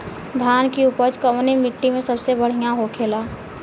धान की उपज कवने मिट्टी में सबसे बढ़ियां होखेला?